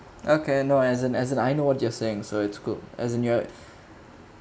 okay now as in as in I know what you're saying so it's good as in you're